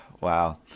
wow